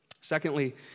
Secondly